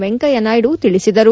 ವೆಂಕಯ್ಯನಾಯ್ಡು ತಿಳಿಸಿದರು